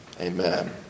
amen